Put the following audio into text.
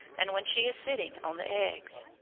and when she is sitting on the eggs.